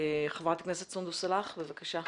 חברת הכנסת סונדוס סאלח, בבקשה.